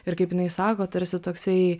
ir kaip jinai sako tarsi toksai